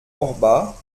orba